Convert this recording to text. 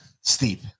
Steep